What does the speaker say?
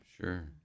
Sure